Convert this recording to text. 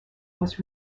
was